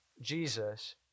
Jesus